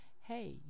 Hey